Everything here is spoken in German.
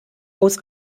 aus